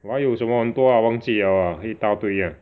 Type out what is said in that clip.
!wah! 还有什么很多 ah 忘记 liao ah 一大堆 ah